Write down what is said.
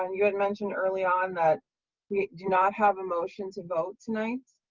um you had mentioned early on that we do not have a motion to vote tonight.